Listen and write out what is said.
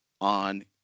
on